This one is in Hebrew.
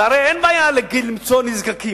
והרי אין בעיה למצוא נזקקים.